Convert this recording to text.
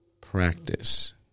practice